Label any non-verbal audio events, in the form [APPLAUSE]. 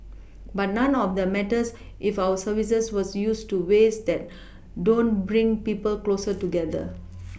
[NOISE] but none of that matters if our services was used to ways that don't bring people closer together [NOISE]